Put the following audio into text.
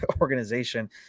organization